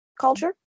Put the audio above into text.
culture